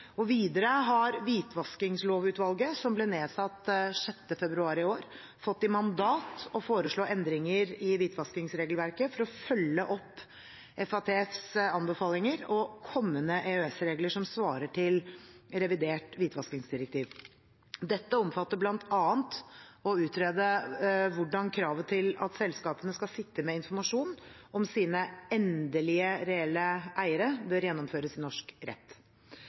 Videre har Hvitvaskingslovutvalget, som ble nedsatt 6. februar i år, fått i mandat å foreslå endringer i hvitvaskingsregelverket for å følge opp FATFs anbefalinger og kommende EØS-regler som svarer til revidert hvitvaskingsdirektiv. Dette omfatter bl.a. å utrede hvordan kravet til at selskapene skal sitte med informasjon om sine endelige, reelle eiere, bør gjennomføres i norsk rett.